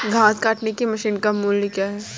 घास काटने की मशीन का मूल्य क्या है?